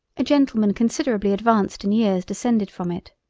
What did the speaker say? a gentleman considerably advanced in years descended from it.